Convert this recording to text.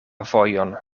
vojon